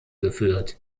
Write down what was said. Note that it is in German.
geführt